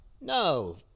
No